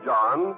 John